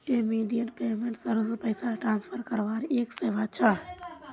immediate payment service पैसा transfer करवार एक सेवा छ